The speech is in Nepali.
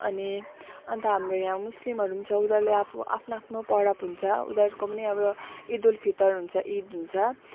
अनि अन्त हाम्रो यहाँ मुस्लिमहरू छ उनीहरूले आफू आफ्नो आफ्नो पर्व हुन्छ उनीहरूको पनि अब इद उल फितर हुन्छ इद हुन्छ